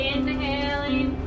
Inhaling